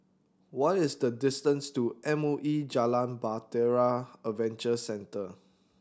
what is the distance to M O E Jalan Bahtera Adventure Centre